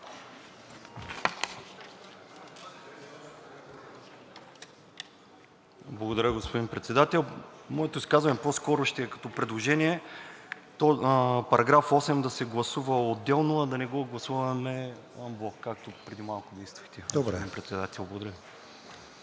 Благодаря, господин Председател. Моето изказване по-скоро ще е като предложение. Параграф 8 да се гласува отделно, а да не го гласуваме анблок, както преди малко действахте,